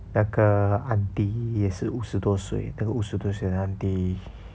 那个 auntie 也是五十多岁那个五十多岁的 auntie